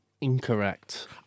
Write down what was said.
Incorrect